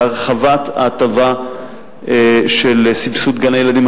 להרחבת ההטבה של סבסוד גני-ילדים.